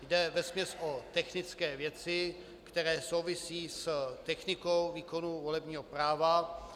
Jde vesměs o technické věci, které souvisí s technikou výkonu volebního práva.